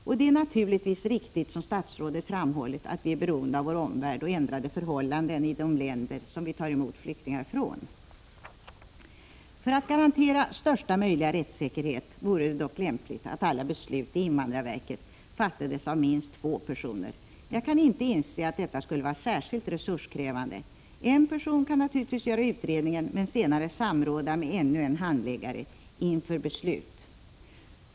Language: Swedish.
Och det är naturligtvis riktigt, som statsrådet framhållit, att vi är beroende av vår omvärld och av de ändrade förhållandena i de länder från vilka vi tar emot flyktingar. För att garantera största möjliga rättssäkerhet vore det dock lämpligt att alla beslut i invandrarverket fattades av minst två personer. Jag kan inte inse att detta skulle vara särskilt resurskrävande — en person kan naturligtvis göra utredningen men senare samråda med ännu en handläggare inför beslut.